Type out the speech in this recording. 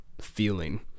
feeling